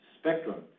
spectrum